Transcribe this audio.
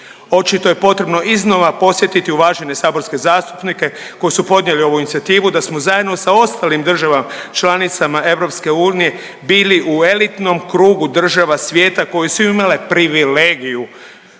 Očito je potrebno iznova podsjetiti uvažene saborske zastupnike koji su podnijeli ovu inicijativu da smo zajedno sa ostalim državama članicama EU bili u elitnom krugu država svijeta koje su imale privilegiju